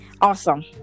awesome